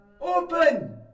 Open